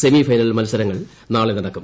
semifinal മത്സരങ്ങൾ നാള്ള് നടക്കും